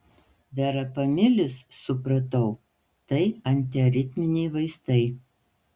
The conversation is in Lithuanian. verapamilis supratau tai antiaritminiai vaistai